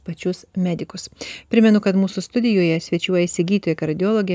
pačius medikus primenu kad mūsų studijoje svečiuojasi kardiologė